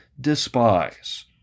despise